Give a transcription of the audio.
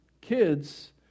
kids